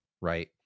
right